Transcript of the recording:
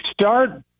start